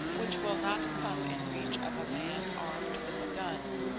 which will not come in reach of a man armed with a gun.